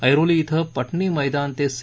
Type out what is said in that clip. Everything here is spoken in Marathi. ऐरोली इथलं पटनी मैदान ते सी